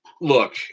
Look